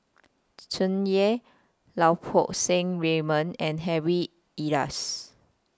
Tsung Yeh Lau Poo Seng Raymond and Harry Elias